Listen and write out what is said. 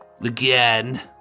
Again